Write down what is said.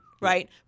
right